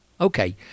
Okay